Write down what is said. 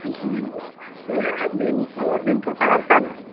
কি এই ডিম্পু ডিম্পুক তই ভাল পা নেকি